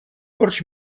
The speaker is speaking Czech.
proč